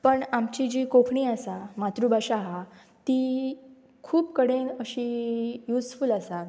पण आमची जी कोंकणी आसा मातृभाशा आसा ती खूब कडेन अशी यूजफूल आसा